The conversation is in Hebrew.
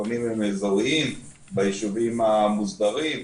התיכונים הם אזוריים ביישובים המוסדרים,